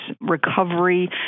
recovery